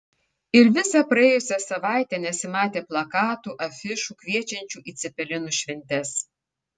ir visą praėjusią savaitę nesimatė plakatų afišų kviečiančių į cepelinų šventes